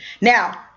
now